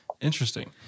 Interesting